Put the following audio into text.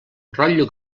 rotllo